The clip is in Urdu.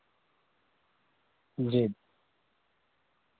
جی